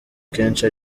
kenshi